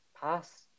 past